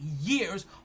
years